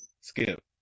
Skip